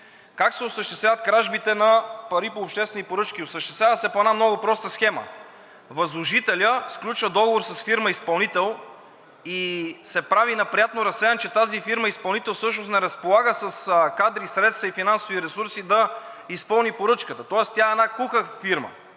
Как се осъществяват кражбите на пари по обществени поръчки? Осъществяват се по една много проста схема. Възложителят сключва договор с фирма изпълнител и се прави на приятно разсеян, че тази фирма изпълнител всъщност не разполага с кадри, средства и финансови ресурси да изпълни поръчката. Тоест тя е една куха фирма,